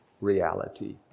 reality